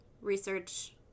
research